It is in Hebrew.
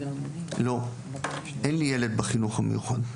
לא, אין לי ילד בחינוך המיוחד.